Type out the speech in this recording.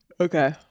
Okay